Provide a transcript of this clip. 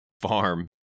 farm